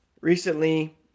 Recently